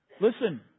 Listen